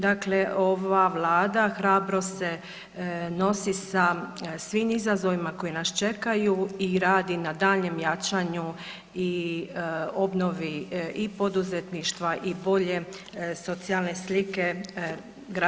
Dakle, ova Vlada hrabro se nosi sa svim izazovima koji nas čekaju i radi na daljnjem jačanju i obnovi i poduzetništava i bolje socijalne slike građana RH.